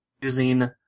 using